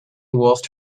wolfed